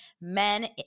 men